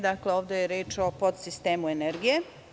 Dakle, ovde je reč o podsistemu energije.